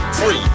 free